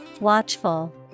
Watchful